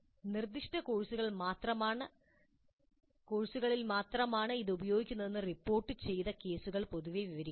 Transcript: നിർദ്ദിഷ്ട കോഴ്സുകളിൽ മാത്രമാണ് ഇത് ഉപയോഗിക്കുന്നതെന്ന് റിപ്പോർട്ടുചെയ്ത കേസുകൾ പൊതുവെ വിവരിക്കുന്നു